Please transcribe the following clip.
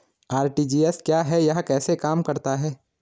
RTGS क्या है यह कैसे काम करता है?